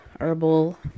herbal